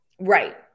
Right